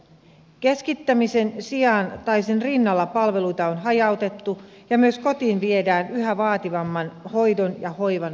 keskittämisen sijaan tai sen rinnalla palveluita on hajautettu ja myös kotiin viedään yhä vaativamman hoidon ja hoivan palveluita